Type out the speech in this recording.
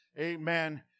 amen